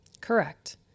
Correct